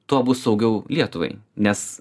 tuo bus saugiau lietuvai nes